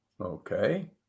Okay